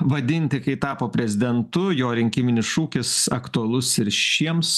vadinti kai tapo prezidentu jo rinkiminis šūkis aktualus ir šiems